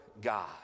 God